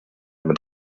mit